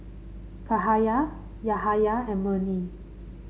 Cahaya Yahaya and Murni